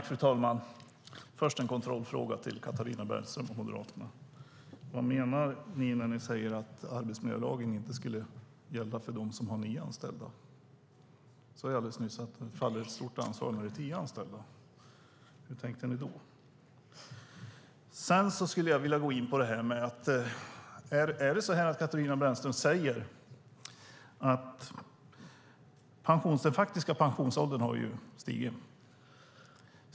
Fru talman! Först har jag en kontrollfråga till Katarina Brännström från Moderaterna. Vad menar ni när ni säger att arbetsmiljölagen inte skulle gälla för dem som har nio anställda? Katarina Brännström sade alldeles nyss att det faller ett stort ansvar på en arbetsgivare som har tio anställda. Hur tänkte ni då? Den faktiska pensionsåldern har stigit.